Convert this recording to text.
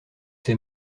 ces